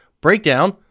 BREAKDOWN